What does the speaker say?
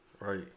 right